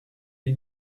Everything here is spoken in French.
lui